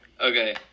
Okay